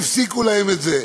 והפסיקו להם את זה.